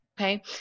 Okay